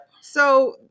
So-